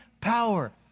power